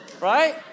right